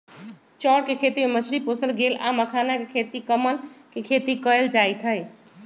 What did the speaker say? चौर कें खेती में मछरी पोशल गेल आ मखानाके खेती कमल के खेती कएल जाइत हइ